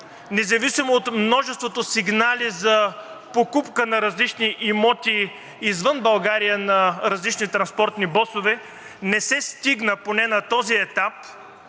независимо от множеството сигнали за покупка на различни имоти извън България на различни транспортни босове, не се стигна, поне на този етап,